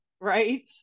right